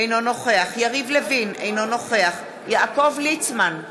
אינו נוכח יריב לוין, אינו נוכח יעקב ליצמן,